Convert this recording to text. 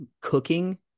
cooking